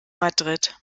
madrid